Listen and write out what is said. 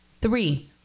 three